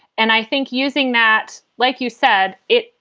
and i think using that, like you said it,